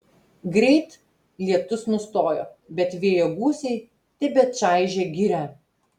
greit lietus nustojo bet vėjo gūsiai tebečaižė girią